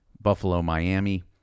Buffalo-Miami